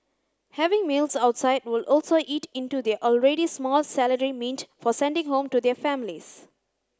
having meals outside will also eat into their already small salary meant for sending home to their families